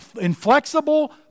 inflexible